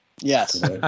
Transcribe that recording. Yes